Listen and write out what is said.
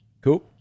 Cool